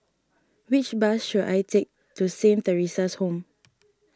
which bus should I take to Saint theresa's Home